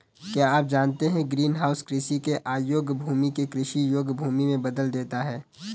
क्या आप जानते है ग्रीनहाउस कृषि के अयोग्य भूमि को कृषि योग्य भूमि में बदल देता है?